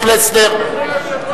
זה.